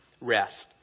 rest